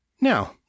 Now